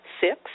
Six